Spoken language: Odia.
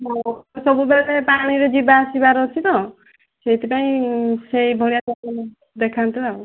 ମୋର ତ ସବୁବେଳେ ପାଣିରେ ଯିବା ଆସିବାର ଅଛି ତ ସେଇଥିପାଇଁ ସେହି ଭଳିଆ ଚପଲ ଦେଖାନ୍ତୁ ଆଉ